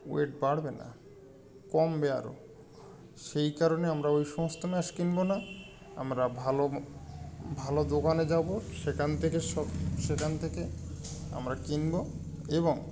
wait বাড়বে না কমবে আরও সেই কারণে আমরা ওই সমস্ত ম্যাশ কিনব না আমরা ভালো ভালো দোকানে যাব সেখান থেকে সব সেখান থেকে আমরা কিনবো এবং